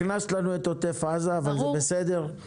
הכנסת לנו את עוטף עזה אבל זה בסדר.